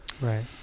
Right